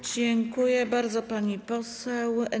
Dziękuję bardzo, pani poseł.